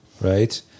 Right